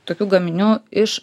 tokių gaminių iš